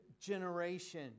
generation